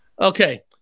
Okay